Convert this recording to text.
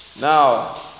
Now